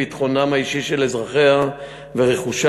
ביטחונם האישי של אזרחיה ורכושם,